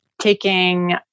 taking